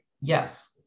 yes